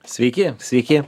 sveiki sveiki